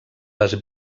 les